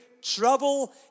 Trouble